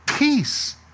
peace